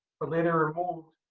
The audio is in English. but later removed.